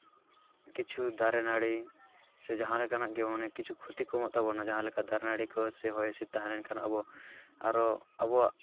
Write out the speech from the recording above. ᱠᱤᱪᱷᱩ ᱫᱟᱨᱮ ᱱᱟᱹᱲᱤ ᱥᱮ ᱡᱟᱦᱟᱸ ᱞᱮᱠᱟᱱᱟᱜ ᱜᱮ ᱢᱟᱱᱮ ᱠᱤᱪᱷᱩ ᱠᱷᱩᱛᱤ ᱠᱚᱢᱚᱜ ᱛᱟᱵᱚᱱᱟ ᱡᱟᱦᱟᱸ ᱞᱮᱠᱟ ᱫᱟᱨᱮ ᱱᱟᱹᱲᱤ ᱠᱚ ᱥᱮ ᱦᱚᱭ ᱦᱤᱸᱥᱤᱫ ᱛᱟᱦᱮᱞᱮᱱᱠᱷᱟᱱ ᱟᱵᱚ ᱟᱨᱚ ᱟᱵᱚᱣᱟᱜ